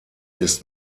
ist